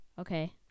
Okay